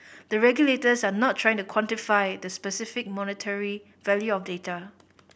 the regulators are not trying to quantify the specific monetary value of data